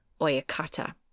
Oyakata